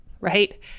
right